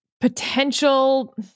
potential